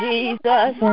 Jesus